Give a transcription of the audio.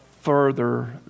further